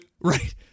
Right